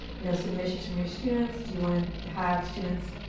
you know, submissions from your students? do you want to have students,